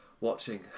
watching